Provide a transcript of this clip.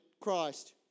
Christ